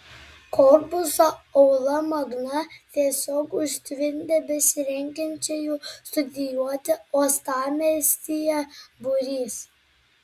korpusą aula magna tiesiog užtvindė besirengiančiųjų studijuoti uostamiestyje būrys